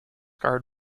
guard